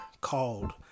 called